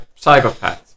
psychopaths